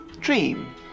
dream